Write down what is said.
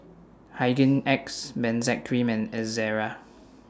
Hygin X Benzac Cream and Ezerra